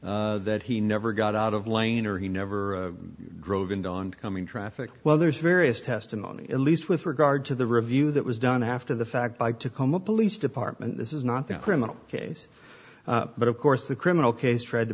that he never got out of lane or he never drove into oncoming traffic well there's various testimony at least with regard to the review that was done after the fact by tacoma police department this is not the criminal case but of course the criminal case tried to